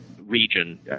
region